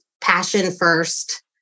passion-first